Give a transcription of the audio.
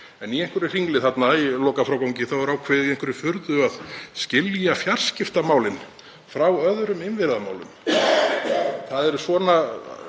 En í einhverju hringli þarna í lokafrágangi er ákveðið í einhverri furðu að skilja fjarskiptamálin frá öðrum innviðamálum. Það eru svona